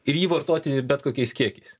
ir jį vartoti bet kokiais kiekiais